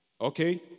Okay